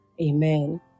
amen